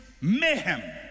mayhem